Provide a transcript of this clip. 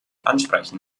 ansprechen